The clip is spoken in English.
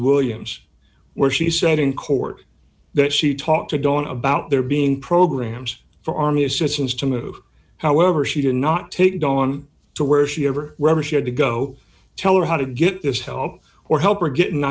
williams where she said in court that she talked to dawn about there being programs for army assistants to move however she did not take dawn to where she ever read or she had to go tell her how to get this help or help or get